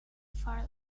for